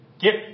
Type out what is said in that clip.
get